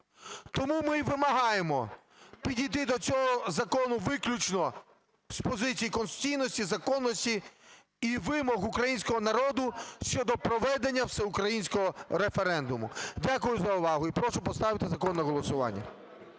Тому ми й вимагаємо підійти до цього закону виключно з позицій конституційності, законності і вимог українського народу щодо проведення всеукраїнського референдуму. Дякую за увагу. І прошу поставити закон на голосування.